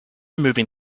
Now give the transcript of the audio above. moving